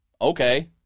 Okay